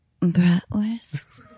Bratwurst